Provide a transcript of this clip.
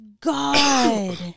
God